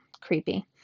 Creepy